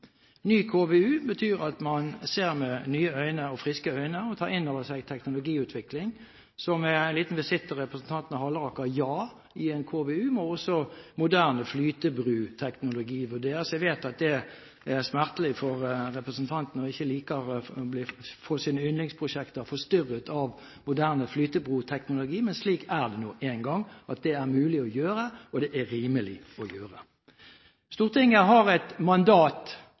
Ny KVU betyr at man ser med nye og friske øyne og tar inn over seg teknologiutvikling. En liten visitt til representanten Halleraker: Ja, i en KVU må også moderne flytebroteknologi vurderes. Jeg vet at det er smertelig for representanten, som ikke liker å få sine yndlingsprosjekter forstyrret av moderne flytebroteknologi, men slik er det nå engang, at det er mulig å gjøre, og det er rimelig å gjøre. Stortinget har et mandat